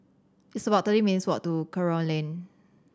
it's about thirty minutes' walk to Kerong Lane